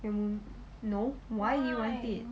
mm no why you want it